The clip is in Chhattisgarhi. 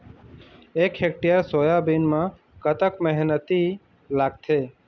एक हेक्टेयर सोयाबीन म कतक मेहनती लागथे?